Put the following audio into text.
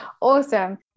Awesome